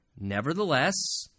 Nevertheless